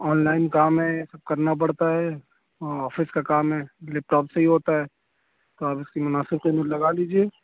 on line کام ہے یہ سب کرنا پڑتا ہے اور آفس کا کام ہے لیپ ٹاپ سے ہی ہوتا ہے تو آپ اس کی مناسب قیمت لگا لیجیے